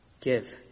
Give